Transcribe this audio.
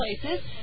places